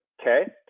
okay